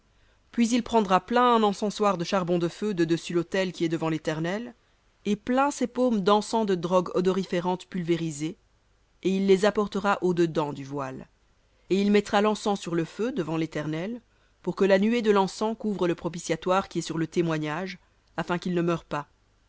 puis il prendra plein un encensoir de charbons de feu de dessus l'autel devant l'éternel et plein ses paumes d'encens de drogues odoriférantes pulvérisées et il les apportera au dedans du voile et il mettra l'encens sur le feu devant l'éternel pour que la nuée de l'encens couvre le propitiatoire qui est sur le témoignage afin qu'il ne meure pas